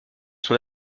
son